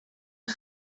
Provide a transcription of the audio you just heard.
een